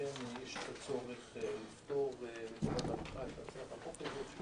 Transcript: ולכן יש את הצורך לפטור מחובת הנחה את הצעת החוק הזאת.